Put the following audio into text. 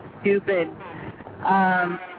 stupid